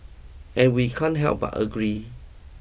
and we can't help but agree